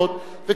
וכמובן,